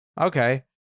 okay